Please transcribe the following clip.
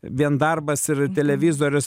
vien darbas ir televizorius